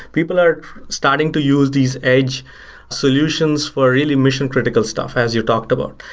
people are starting to use these edge solutions for really mission-critical stuff as you talked about.